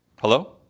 Hello